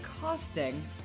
costing